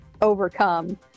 overcome